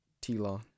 T-Law